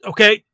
Okay